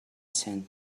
sent